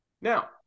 Now